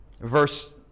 Verse